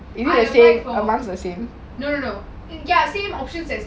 I applied for ya ya same options as